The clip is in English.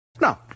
No